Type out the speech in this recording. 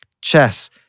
Chess